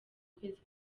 kwezi